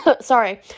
sorry